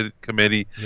Committee